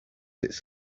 its